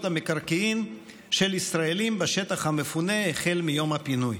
במקרקעין של ישראלים בשטח המפונה החל מיום הפינוי.